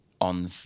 on